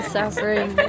suffering